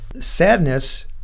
Sadness